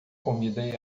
comida